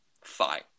fine